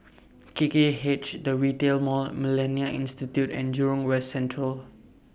K K H The Retail Mall Millennia Institute and Jurong West Central